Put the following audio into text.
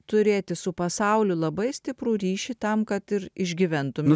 turėti su pasauliu labai stiprų ryšį tam kad išgyventume